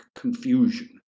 confusion